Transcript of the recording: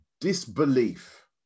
disbelief